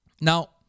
Now